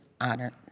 honored